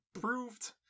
proved